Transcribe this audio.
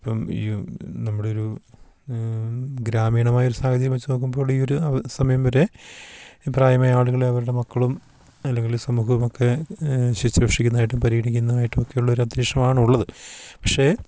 ഇപ്പം ഈ നമ്മുടെ ഒരു ഗ്രാമീണമായ ഒരു സാഹചര്യം വെച്ചു നോക്കുമ്പോൾ ഈ ഒരു സമയം വരെ പ്രായമായ ആളുകളെ അവരുടെ മക്കളും അല്ലെങ്കിൽ സമൂഹവുമൊക്കെ ശുശ്രൂഷിക്കുന്നതായിട്ടും പരിഗണിക്കുന്നതയിട്ടുമൊക്കെ ഉള്ള ഒരു അന്തരീക്ഷമാണുള്ളത് പക്ഷേ